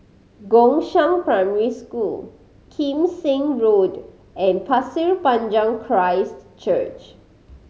Gongshang Primary School Kim Seng Road and Pasir Panjang Christ Church